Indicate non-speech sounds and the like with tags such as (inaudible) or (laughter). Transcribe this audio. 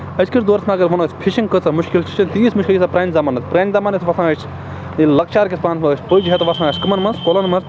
أزکِس دورَس منٛز اگر وَنو أسۍ فِشنٛگ کۭژاہ مُشکِل یہِ چھَنہٕ تیٖژ مُشکِل ییٖژاہ پرٛانہِ زَمانہٕ ٲس پرٛانہِ زَمانہٕ ٲسۍ وۄتھان أسۍ ییٚلہِ لۄکچار (unintelligible) أسۍ تُجہِ ہٮ۪تھ وسان ٲسۍ کَمَن منٛز کۄلَن منٛز